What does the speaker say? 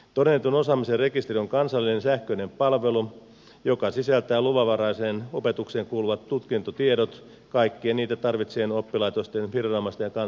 todennetun osaamisen rekisteri on kansallinen sähköinen palvelu joka sisältää luvanvaraiseen opetukseen kuuluvat tutkintotiedot kaikkia niitä tarvitsevien oppilaitosten viranomaisten ja kansalaisten käyttöön